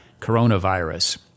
coronavirus